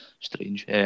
strange